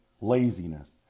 laziness